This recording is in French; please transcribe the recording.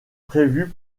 prévue